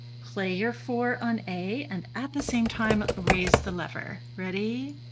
play your four on a and at the same time raise the lever. ready,